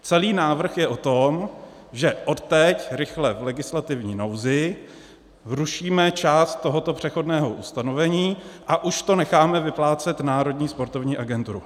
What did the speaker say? Celý návrh je o tom, že odteď rychle v legislativní nouzi zrušíme část tohoto přechodného ustanovení a už to necháme vyplácet Národní sportovní agenturu.